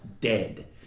dead